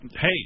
hey